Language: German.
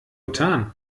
getan